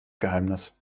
geheimnis